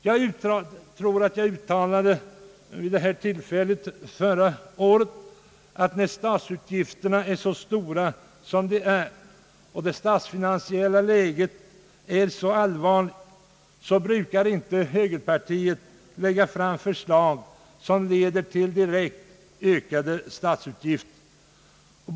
När dessa anslag förra året diskuterades uttalade jag att högerpartiet inte brukar lägga fram förslag som leder till direkt ökade statsutgifter när dessa är så stora som de nu är och när det statsfinansiella läget är så allvarligt.